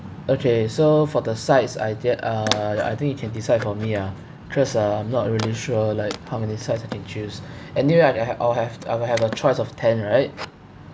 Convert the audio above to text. okay so for the sides I thi~ uh ya I think you can decide for me ah cause uh I'm not really sure like how many sides I can choose anyway I have I'll have I'll have a choice of ten right